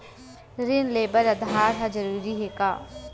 ऋण ले बर आधार ह जरूरी हे का?